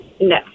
no